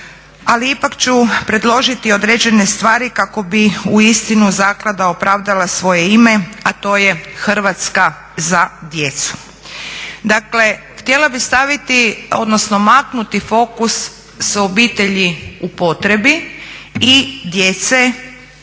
Ali ipak ću predložiti određene stvari kako bi uistinu Zaklada opravdala svoje ime a to je "Hrvatska za djecu". Dakle, htjela bih staviti, odnosno maknuti fokus sa obitelji o potrebi i djece